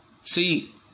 See